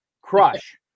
crush